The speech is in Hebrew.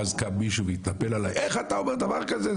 ואז קם מישהו והתנפל עליי ואמר איך אתה אומר דבר כזה?